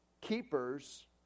keepers